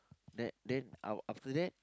then then af~ after that